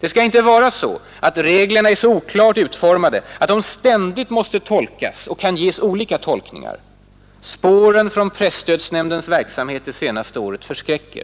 Det skall inte vara så att reglerna är så oklart utformade att de ständigt måste tolkas och kan ges olika tolkningar. Spåren från presstödsnämndens verksamhet det senaste året förskräcker.